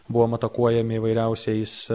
buvom atakuojami įvairiausiais